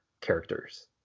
characters